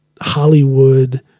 Hollywood